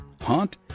hunt